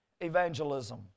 evangelism